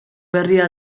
berria